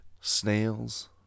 Snails